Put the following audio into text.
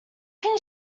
can